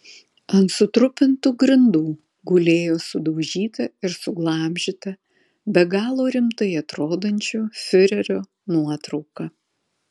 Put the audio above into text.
ant sutrupintų grindų gulėjo sudaužyta ir suglamžyta be galo rimtai atrodančio fiurerio nuotrauka